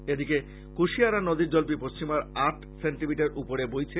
এদিকে কুশিয়ারা নদীর জল বিপদসীমার আট সেন্টিমিটার উপরে বইছে